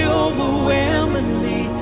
overwhelmingly